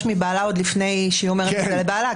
מבעלה עוד לפני שהיא אומרת את זה לבעלה,